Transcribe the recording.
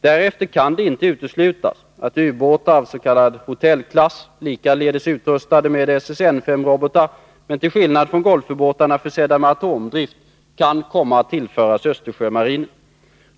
Därefter kan det icke uteslutas att ubåtar av s.k. Hotelklass, likaledes utrustade med SSN 5-robotar men till skillnad från Golfubåtarna försedda med atomdrift, kan komma att tillföras Östersjömarinen.